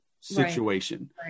situation